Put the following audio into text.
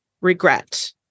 regret